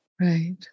right